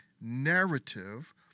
narrative